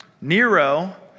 Nero